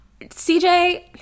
CJ